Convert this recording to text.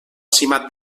simat